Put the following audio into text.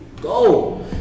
Go